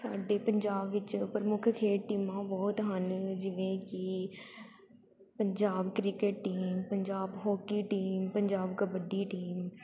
ਸਾਡੇ ਪੰਜਾਬ ਵਿੱਚ ਪ੍ਰਮੁੱਖ ਖੇਡ ਟੀਮਾਂ ਬਹੁਤ ਹਨ ਜਿਵੇਂ ਕਿ Punjab cricket team Punjab hockey team Punjab kabaddi team